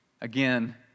again